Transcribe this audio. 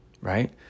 Right